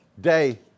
day